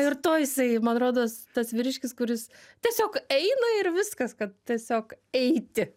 ir to jisai man rodos tas vyriškis kuris tiesiog eina ir viskas kad tiesiog eiti